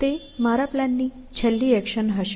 તે મારા પ્લાનની છેલ્લી એક્શન હશે